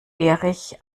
erich